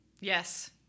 Yes